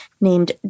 named